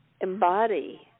embody